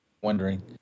Wondering